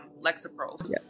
Lexapro